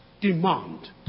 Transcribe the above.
demand